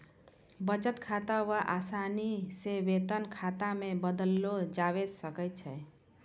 बचत खाता क असानी से वेतन खाता मे बदललो जाबैल सकै छै